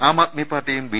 ആംആദ്മി പാർട്ടിയും ബി